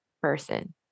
person